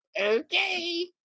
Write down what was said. Okay